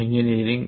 ఇంజి